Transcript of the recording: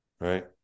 right